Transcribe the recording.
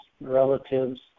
relatives